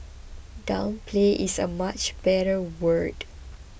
downplay is a much better word